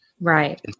Right